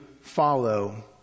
follow